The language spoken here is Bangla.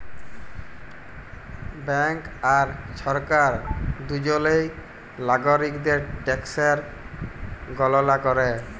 ব্যাংক আর সরকার দুজলই লাগরিকদের ট্যাকসের গললা ক্যরে